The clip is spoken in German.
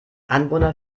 anwohner